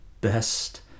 best